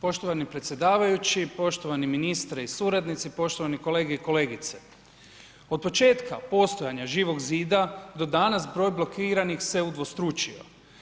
Poštovani predsjedavajući, poštovani ministre i suradnici, poštovani kolege i kolegice, od početka postojanja Živog zida do danas broj blokiranih se udvostručio.